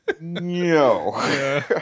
No